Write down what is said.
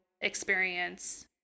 experience